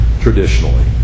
traditionally